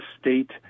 state